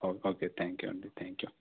okay okay thank you అండి thank you